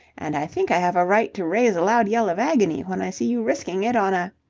and i think i have a right to raise a loud yell of agony when i see you risking it on a.